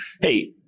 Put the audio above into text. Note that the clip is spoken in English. hey